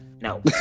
No